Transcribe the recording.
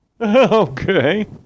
Okay